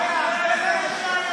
כדי שנוכל להמשיך